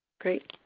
great.